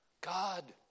God